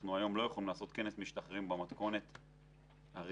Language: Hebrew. אנחנו לא יכולים לעשות כנס משתחררים בתכונת הרגילה,